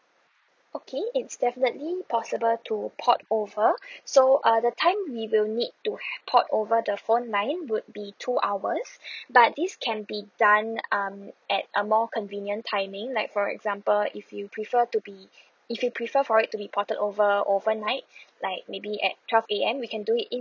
okay it's definitely possible to port over so uh the time we will need to port over the phone line would be two hours but this can be done um at a more convenient timing like for example if you prefer to be if you prefer for it to be ported over overnight like maybe at twelve A_M we can do it in